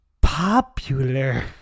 popular